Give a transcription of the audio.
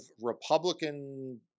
Republican